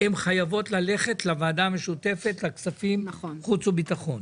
הן חייבות ללכת לוועדה המשותפת לכספים חוץ וביטחון.